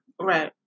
Right